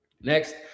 Next